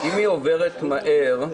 אם היא עוברת מהר,